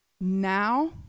Now